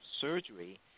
surgery